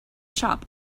shop